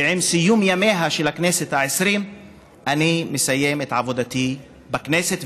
ועם סיום ימיה של הכנסת העשרים אני מסיים את עבודתי בכנסת.